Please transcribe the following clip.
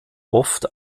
oft